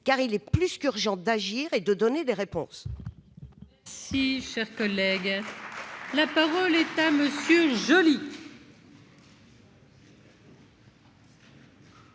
car il est urgent d'agir et de donner des réponses.